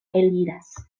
eliras